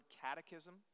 catechism